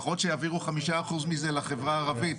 לפחות שיעבירו 5% מזה לחברה הערבית.